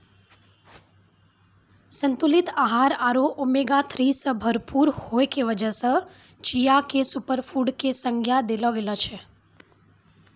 संतुलित आहार आरो ओमेगा थ्री सॅ भरपूर होय के वजह सॅ चिया क सूपरफुड के संज्ञा देलो गेलो छै